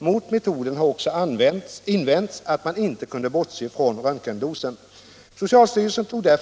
Mot metoden har också invänts att man inte kunde bortse från röntgendosen.